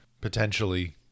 potentially